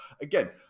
again